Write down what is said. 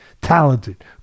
talented